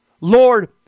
Lord